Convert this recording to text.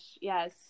Yes